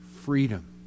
freedom